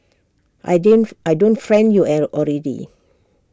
I did I don't friend you already